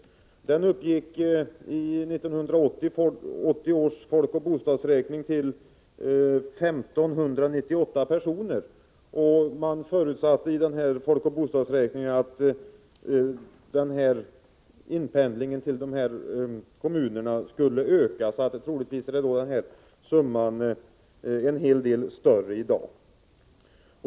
Den inpendlingen uppgick vid 1980 års folkoch bostadsräkning till I 598 personer, och man förutsatte i denna folkoch bostadsräkning att inpendlingen skulle öka. Antalet pendlare är därför troligtvis betydligt större i dag.